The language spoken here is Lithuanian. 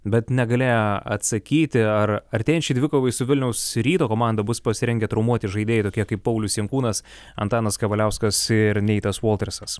bet negalėjo atsakyti ar artėjančiai dvikovai su vilniaus ryto komanda bus pasirengę traumuoti žaidėjai tokie kaip paulius jankūnas antanas kavaliauskas ir neitas voltrasas